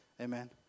Amen